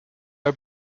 are